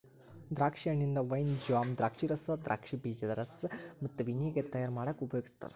ದ್ರಾಕ್ಷಿ ಹಣ್ಣಿಂದ wine, jam, ದ್ರಾಕ್ಷಿರಸ, ದ್ರಾಕ್ಷಿ ಬೇಜದ ರಸ ಮತ್ತ ವಿನೆಗರ್ ತಯಾರ್ ಮಾಡಾಕ ಉಪಯೋಗಸ್ತಾರ